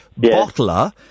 Bottler